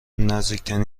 نزدیکترین